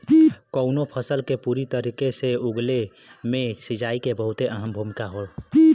कउनो फसल के पूरी तरीके से उगले मे सिंचाई के बहुते अहम भूमिका हौ